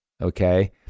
Okay